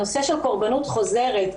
הנושא של קורבנות חוזרת,